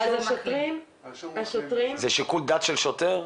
זה שיקול דעת של שוטרים?